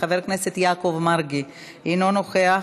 חבר הכנסת יעקב מרגי אינו נוכח.